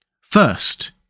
First